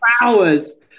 hours